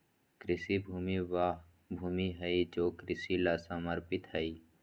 कृषि भूमि वह भूमि हई जो कृषि ला समर्पित हई